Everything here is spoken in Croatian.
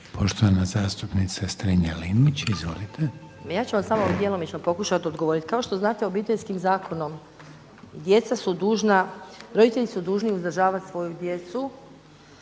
Poštovana zastupnica Strenja-Linić. Izvolite. **Strenja, Ines (MOST)** Ja ću vam samo djelomično pokušati odgovoriti. Kao što znate Obiteljskim zakonom djeca su dužna, roditelji su dužni uzdržavati svoju djecu